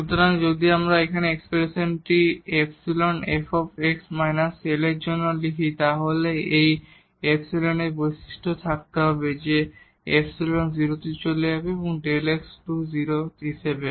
সুতরাং যদি আমরা এখানে এই এক্সপ্রেশনটি ϵ f −L এর জন্য লিখি তাহলে এই ϵ এর এই বৈশিষ্ট্য থাকতে হবে যে ϵ 0 তে যাবে Δ x → 0 হিসাবে